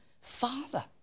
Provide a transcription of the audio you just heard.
father